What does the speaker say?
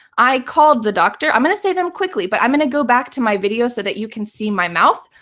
i called the doctor. i'm going to say them quickly, but i'm going to go back to my video so that you can see my mouth.